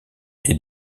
est